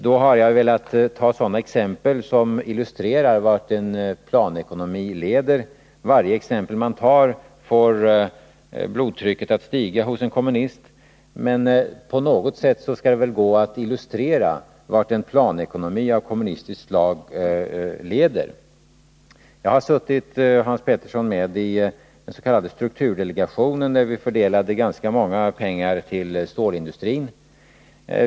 Jag har velat ta upp sådana exempel som illustrerar vart en planekonomi leder. Varje exempel som man tar får blodtrycket att stiga hos en kommunist. Men på något sätt skall det väl gå att illustrera vart en planekonomi av kommunistslag leder. Jag satt, Hans Petersson, med i den s.k. strukturdelegationen när denna fördelade ganska mycket pengar till stålindustrin.